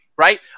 right